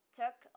took